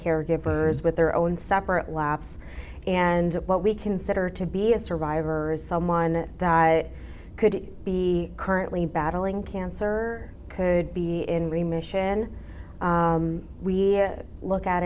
caregivers with their own separate laps and what we consider to be a survivor is someone that could be currently battling cancer could be in remission we look at